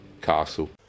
Castle